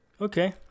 Okay